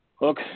look